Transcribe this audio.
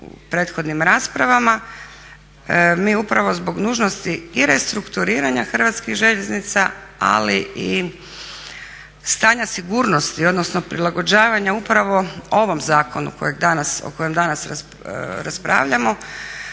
u prethodnim raspravama. Mi upravo zbog nužnosti i restrukturiranja Hrvatskih željeznica, ali i stanja sigurnosti, odnosno prilagođavanja upravo ovom zakonu kojeg danas, o kojem danas raspravljamo